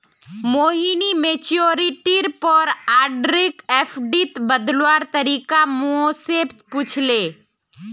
मोहिनी मैच्योरिटीर पर आरडीक एफ़डीत बदलवार तरीका मो से पूछले